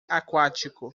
aquático